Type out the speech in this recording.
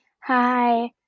hi